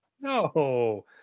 No